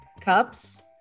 cups